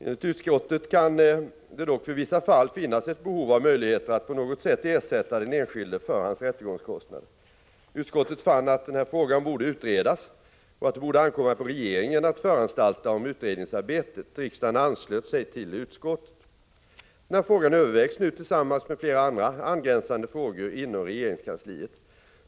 Enligt utskottet kan det dock för vissa fall finnas ett behov av möjligheter att på något sätt ersätta den enskilde för hans rättegångskostnader. Utskottet fann att denna fråga borde utredas och att det borde ankomma på regeringen att föranstalta om utredningsarbetet. Riksdagen anslöt sig till utskottet . Denna fråga övervägs nu tillsammans med flera andra angränsande frågor inom regeringskansliet.